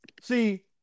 see